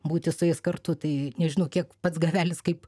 būti su jais kartu tai nežinau kiek pats gavelis kaip